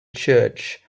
church